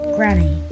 Granny